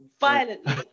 violently